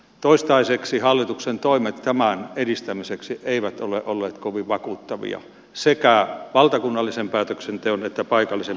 toistaiseksi hallituksen toimet tämän edistämiseksi eivät ole olleet kovin vakuuttavia sekä valtakunnallisen päätöksenteon että paikallisen päätöksentekojärjestelmän osalta